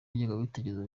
ingengabitekerezo